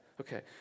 Okay